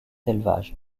élevage